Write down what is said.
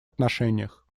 отношениях